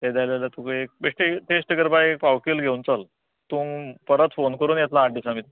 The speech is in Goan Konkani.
ते जाय जाल्या तुका एक बेश्टे टेश्ट करपा एक पांव किल्ल घेवन चल तूं परत फोन करून येतलो आठ दिसां भितर